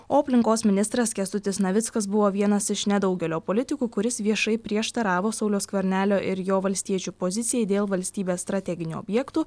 o aplinkos ministras kęstutis navickas buvo vienas iš nedaugelio politikų kuris viešai prieštaravo sauliaus skvernelio ir jo valstiečių pozicijai dėl valstybės strateginių objektų